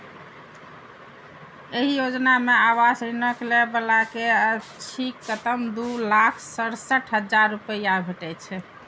एहि योजना मे आवास ऋणक लै बला कें अछिकतम दू लाख सड़सठ हजार रुपैया भेटै छै